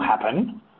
happen